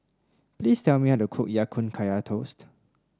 please tell me how to cook Ya Kun Kaya Toast